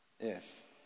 Yes